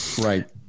right